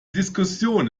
diskussion